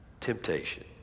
temptation